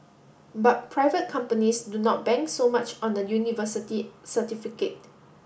but private companies do not bank so much on the university certificate